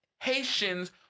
haitians